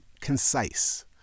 concise